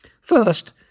First